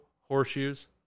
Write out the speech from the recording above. horseshoes